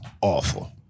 awful